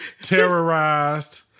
terrorized